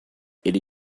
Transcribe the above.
ele